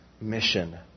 mission